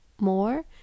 More